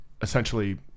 essentially